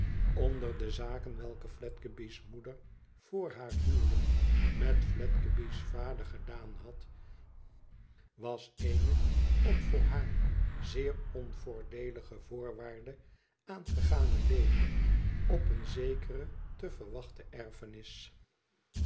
onder de zaken welke fledgebys moeder vr haar huwelijk met fledgeby's vader gedaan had was eene op voor haar zeer onvoordeelige voorwaarde aangegane leening op eene zekere te wachten erfenis